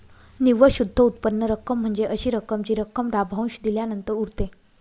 निव्वळ शुद्ध उत्पन्न रक्कम म्हणजे अशी रक्कम जी रक्कम लाभांश दिल्यानंतर उरते